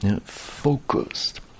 focused